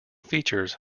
features